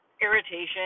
irritation